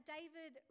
David